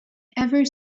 ever